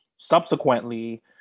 Subsequently